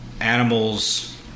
Animals